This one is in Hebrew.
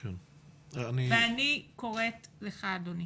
אני קוראת לך אדוני